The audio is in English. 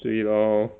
对 loh